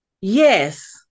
Yes